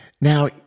Now